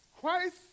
Christ